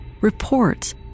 Reports